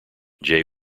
jay